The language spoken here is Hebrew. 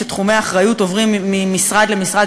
שתחומי אחריות עוברים ממשרד למשרד,